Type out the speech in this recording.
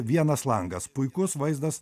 vienas langas puikus vaizdas